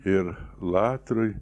ir latrui